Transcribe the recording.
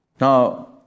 Now